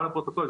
גם לפרוטוקול,